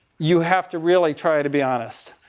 you have to really try to be honest.